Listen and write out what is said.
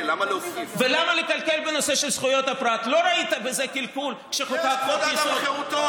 אתה נשארת חתום על החוק,